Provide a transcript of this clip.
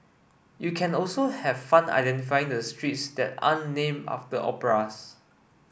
you can also have fun identifying the streets that aren't named after operas